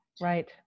Right